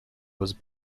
was